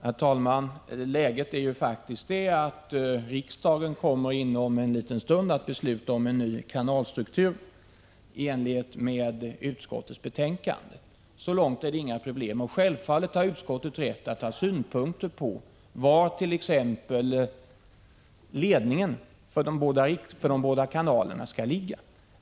Herr talman! Läget är faktiskt att riksdagen inom en liten stund kommer 3 juni 1986 att besluta om en ny kanalstruktur i enlighet med utskottets hemställan. Så långt är det inga problem. Självfallet har utskottet rätt att anföra synpunkter på t.ex. var ledningen för de båda kanalerna skall ligga.